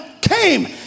came